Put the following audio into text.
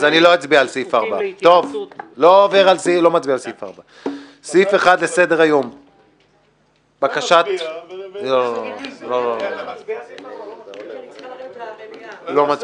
אז אני לא אצביע על סעיף 4. בקשה בדבר התפלגות סיעת המחנה הציוני,